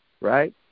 Right